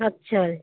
ਅੱਛਾ